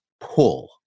pull